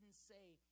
say